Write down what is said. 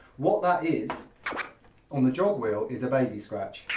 what that is on the jogwheel is a baby scratch.